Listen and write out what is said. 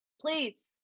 please